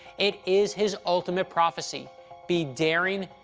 it is his ultimate prophecy be daring,